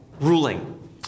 ruling